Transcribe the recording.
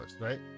right